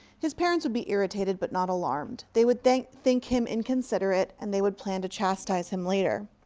his parents would be irritated but not alarmed. they would think think him inconsiderate and they would plan to chastise him, later.